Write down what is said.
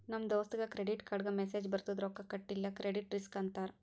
ನಮ್ ದೋಸ್ತಗ್ ಕ್ರೆಡಿಟ್ ಕಾರ್ಡ್ಗ ಮೆಸ್ಸೇಜ್ ಬರ್ತುದ್ ರೊಕ್ಕಾ ಕಟಿಲ್ಲ ಕ್ರೆಡಿಟ್ ರಿಸ್ಕ್ ಅಂತ್